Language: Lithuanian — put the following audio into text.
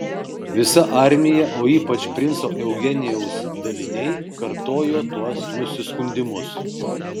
visa armija o ypač princo eugenijaus daliniai kartojo tuos nusiskundimus